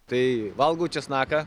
tai valgau česnaką